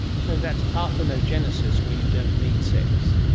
so that's parthenogenesis where you don't need sex.